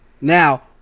Now